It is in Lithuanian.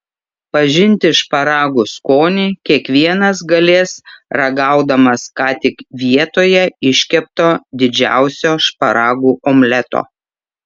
pažinti šparagų skonį kiekvienas galės ragaudamas ką tik vietoje iškepto didžiausio šparagų omleto